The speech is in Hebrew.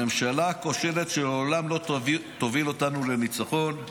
הממשלה הכושלת שלעולם לא תוביל אותנו לניצחון.